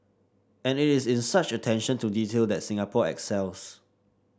and it is in such attention to detail that Singapore excels